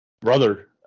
Brother